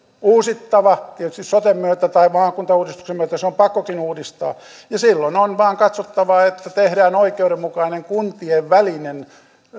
uusittava tietysti soten myötä tai maakuntauudistuksen myötä se on pakkokin uudistaa ja silloin on vain katsottava että tehdään oikeudenmukainen kuntienvälinen